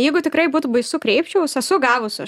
jeigu tikrai būtų baisu kreipčiaus esu gavus aš